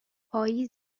پاییز